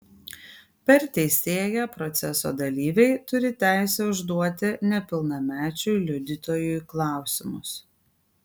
per teisėją proceso dalyviai turi teisę užduoti nepilnamečiui liudytojui klausimus